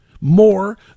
more